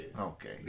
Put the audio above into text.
Okay